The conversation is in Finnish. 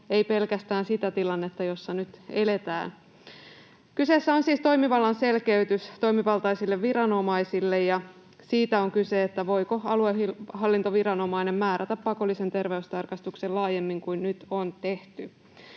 ei pelkästään se tilanne, jossa nyt eletään. Kyseessä on siis toimivallan selkeytys toimivaltaisille viranomaisille, ja kyse on siitä, voiko aluehallintoviranomainen määrätä pakollisen terveystarkastuksen laajemmin kuin nyt on tehty.